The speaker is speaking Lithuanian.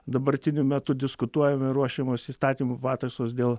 dabartiniu metu diskutuojame ruošiamos įstatymų pataisos dėl